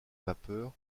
vapeur